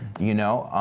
you know?